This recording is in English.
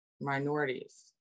minorities